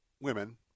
women